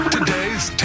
Today's